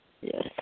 Yes